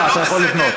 בבקשה, אתה יכול לפנות.